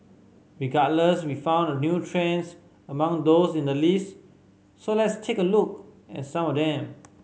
regardless we found a few trends among those in the list so let's take a look at some of them